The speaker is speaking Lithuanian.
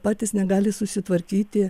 patys negali susitvarkyti